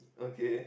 okay